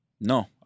No